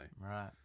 Right